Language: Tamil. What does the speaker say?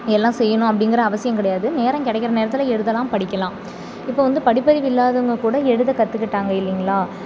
எல்லாம் செய்யணும் அப்படிங்கற அவசியம் கிடையாது நேரம் கிடைக்குற நேரத்தில் எழுதலாம் படிக்கலாம் இப்போ வந்து படிப்பறிவு இல்லாதவங்க கூட எழுத கற்றுக்கிட்டாங்க இல்லைங்களா